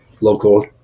local